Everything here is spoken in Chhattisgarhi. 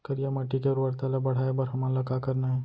करिया माटी के उर्वरता ला बढ़ाए बर हमन ला का करना हे?